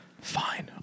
Fine